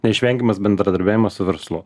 neišvengiamas bendradarbiavimas su verslu